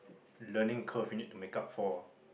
learning curve you need to make up for ah